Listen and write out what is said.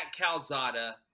Calzada